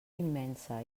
immensa